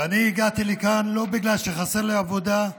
ואני הגעתי לכאן לא בגלל שחסרה לי עבודה,